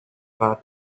path